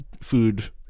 food